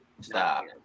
Stop